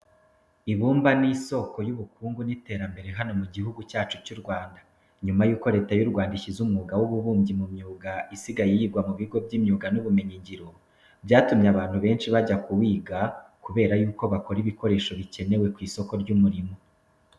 Ibumba ni isoko y'ubukungu n'iterambere hano mu gihugu cyacu cy'u Rwanda. Nyuma yuko Leta y'u Rwanda ishyize umwuga w'ububumbyi mu myuga isigaye yigwa mu bigo by'imyuga n'ubumenyingiro, byatumye abantu benshi bajya kuwiga kubera ko bakora ibikoresho bikenewe ku isoko ry'umurimo.